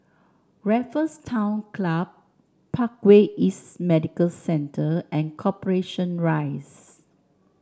Raffles Town Club Parkway East Medical Centre and Corporation Rise